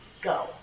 go